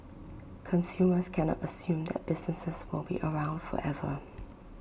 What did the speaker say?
consumers cannot assume that businesses will be around forever